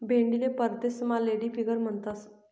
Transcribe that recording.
भेंडीले परदेसमा lady finger म्हणतंस